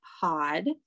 Pod